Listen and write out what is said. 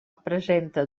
presenta